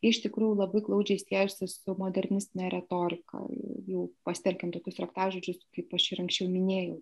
iš tikrųjų labai glaudžiai siejosi su modernistine retorika jau pasitelkiant tokius raktažodžius kaip aš ir anksčiau minėjau